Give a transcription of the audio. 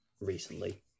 recently